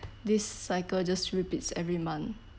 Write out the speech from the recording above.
this cycle just repeats every month